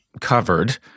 covered –